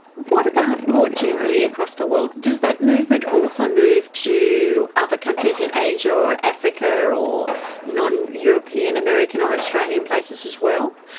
what about more generally across the world, does that movement also move to other countries in asia or africa or or non-european american or australian places as well?